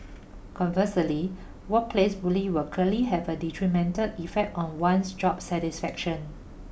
conversely workplace bully will clearly have a detrimental effect on one's job satisfaction